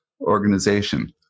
organization